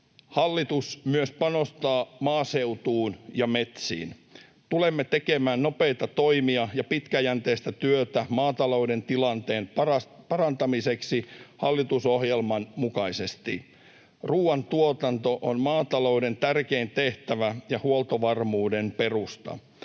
Hallitus panostaa myös maaseutuun ja metsiin. Tulemme tekemään nopeita toimia ja pitkäjänteistä työtä maatalouden tilanteen parantamiseksi hallitusohjelman mukaisesti. Ruoantuotanto on maatalouden tärkein tehtävä ja huoltovarmuuden perusta.